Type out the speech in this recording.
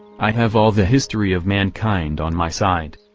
i have all the history of mankind on my side.